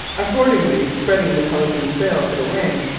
accordingly, spreading the pelican's sails to the wind,